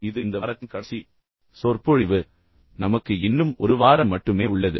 இது இந்த வாரத்தின் கடைசி சொற்பொழிவு நமக்கு இன்னும் ஒரு வாரம் மட்டுமே உள்ளது